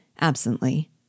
absently